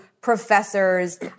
professors